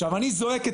עכשיו אני זועק את